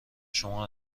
شما